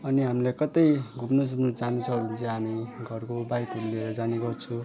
अनि हामीले कतै घुम्नु सुम्नु जानु छ भने चाहिँ हामी घरको बाइकहरू लिएर जाने गर्छौँ